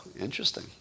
interesting